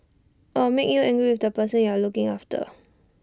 or make you angry with the person you're looking after